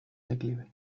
declive